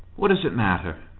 what does it matter?